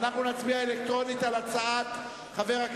אנחנו נצביע אלקטרונית על הצעת חברי